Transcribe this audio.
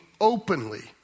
openly